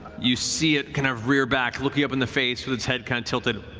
you see it kind of rear back, look you up in the face with its head kind of tilted